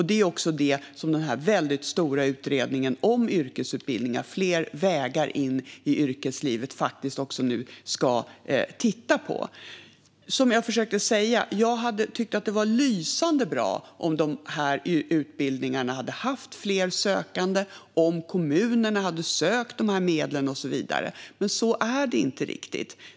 Det är också det som den stora utredningen om yrkesutbildningar, fler vägar in i yrkeslivet, ska titta på. Som jag försökte säga: Jag hade tyckt att det varit lysande om dessa utbildningar hade haft fler sökande, om kommunerna hade sökt dessa medel och så vidare. Men så är det inte riktigt.